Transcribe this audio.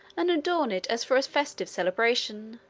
and adorn it as for a festive celebration.